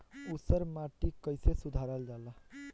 ऊसर माटी कईसे सुधार जाला?